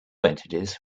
entities